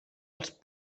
els